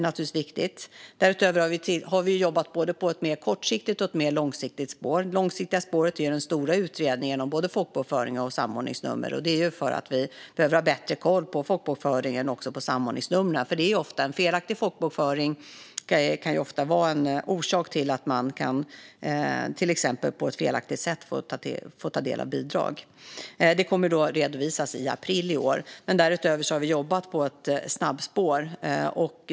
Det är viktigt. Därutöver har vi jobbat på både ett mer långsiktigt och ett mer kortsiktigt spår. Det långsiktiga spåret är den stora utredningen av både folkbokföringen och samordningsnummer, eftersom vi behöver bättre koll på folkbokföringen och samordningsnumren. Felaktig folkbokföring kan ofta vara en orsak till att det går att ta del av bidrag på ett felaktigt sätt. Utredningen kommer att redovisas i april i år. Därutöver har vi jobbat på ett snabbspår.